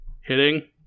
hitting